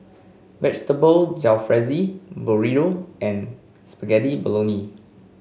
Vegetable Jalfrezi Burrito and Spaghetti Bolognese